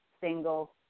single